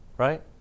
Right